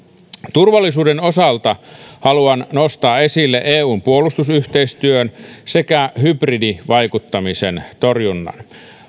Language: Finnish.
turvallisuuden osalta haluan nostaa esille eun puolustusyhteistyön sekä hybridivaikuttamisen torjunnan